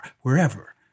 wherever